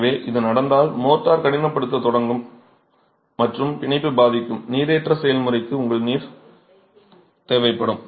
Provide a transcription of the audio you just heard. எனவே இது நடந்தால் மோர்ட்டார் கடினப்படுத்தத் தொடங்கும் மற்றும் பிணைப்பு பாதிக்கப்படும் நீரேற்றம் செயல்முறைக்கு உங்களுக்கு நீர் தேவைப்படும்